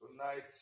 Tonight